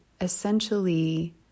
essentially